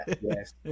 Yes